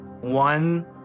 One